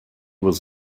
was